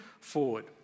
forward